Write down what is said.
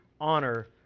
honor